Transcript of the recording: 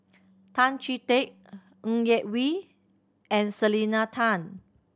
Tan Chee Teck Ng Yak Whee and Selena Tan